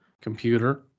Computer